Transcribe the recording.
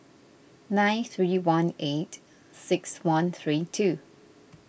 nine three one eight six one three two